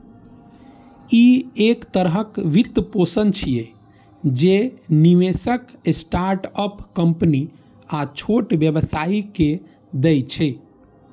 ई एक तरहक वित्तपोषण छियै, जे निवेशक स्टार्टअप कंपनी आ छोट व्यवसायी कें दै छै